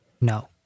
No